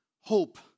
hope